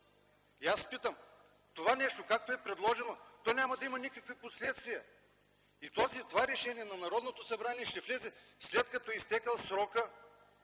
И аз питам това нещо, както е предложено, то няма да има никакви последствия. И това решение на Народното събрание ще влезе в сила след като е изтекъл срокът